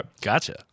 gotcha